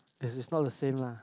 is is not the same lah